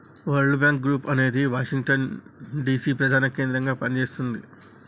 world bank group అనేది Washington DC ప్రధాన కేంద్రంగా పనిచేస్తున్నది